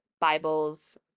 Bibles